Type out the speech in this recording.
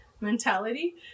mentality